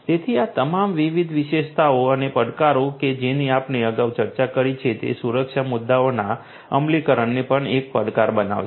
તેથી આ તમામ વિવિધ વિશેષતાઓ અને પડકારો કે જેની આપણે અગાઉ ચર્ચા કરી છે તે સુરક્ષા મુદ્દાઓના અમલીકરણને પણ એક પડકાર બનાવશે